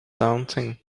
daunting